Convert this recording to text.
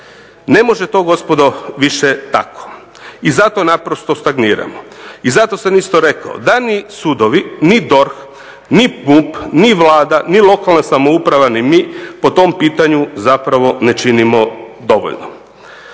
Ne može to gospodo više tako i zato naprosto stagniramo. I zato sam isto rekao da ni sudovi, ni DORH, ni MUP, ni Vlada, ni lokalna samouprava, ni mi po tom pitanju zapravo ne činimo dovoljno.